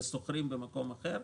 ושוכרים במקום אחר.